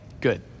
good